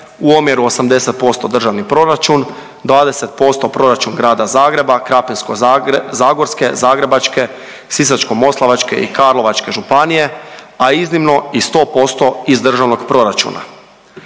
u omjeru 80% državni proračun, 20% proračun Grada Zagreba, Krapinsko-zagorske, Zagrebačke, Sisačko-moslavačke i Karlovačke županije, a iznimno i 100% iz Državnog proračuna.